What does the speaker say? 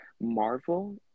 Marvel